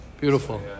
beautiful